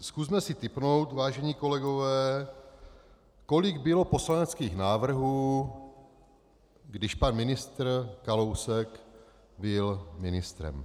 Zkusme si tipnout, vážení kolegové, kolik bylo poslaneckých návrhů, když pan ministr Kalousek byl ministrem.